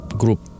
group